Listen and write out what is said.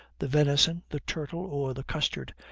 the venison, the turtle, or the custard,